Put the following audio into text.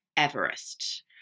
Everest